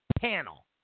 Panel